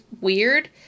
weird